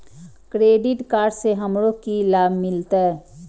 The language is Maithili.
क्रेडिट कार्ड से हमरो की लाभ मिलते?